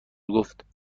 گفتآیا